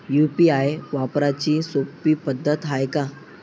UPI वापराची सोपी पद्धत हाय का?